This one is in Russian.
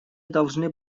должны